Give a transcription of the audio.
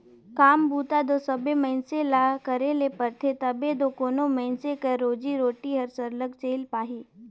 काम बूता दो सबे मइनसे मन ल करे ले परथे तबे दो कोनो मइनसे कर रोजी रोटी हर सरलग चइल पाही